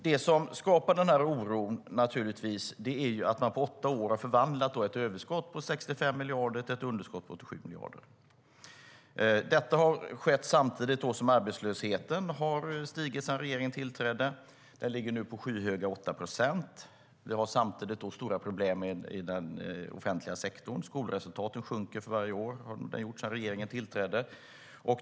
Det som skapar denna oro är naturligtvis att man på åtta år har förvandlat ett överskott på 65 miljarder till ett underskott på 87 miljarder. Detta har skett samtidigt som arbetslösheten har stigit sedan regeringen tillträdde. Den ligger nu på skyhöga 8 procent. Vi har samtidigt stora problem i den offentliga sektorn. Skolresultaten sjunker för varje år. Det har de gjort sedan regeringen tillträdde.